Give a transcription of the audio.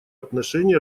отношении